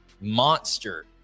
monster